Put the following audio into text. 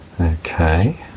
okay